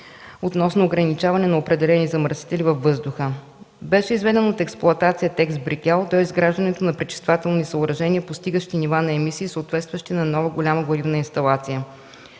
относно ограничаване на определени замърсители във въздуха. Беше изведен от експлоатация ТЕЦ „Брикел” до изграждането на пречиствателни съоръжения, постигащи нива на емисии, съответстващи на нова голяма горивна инсталация.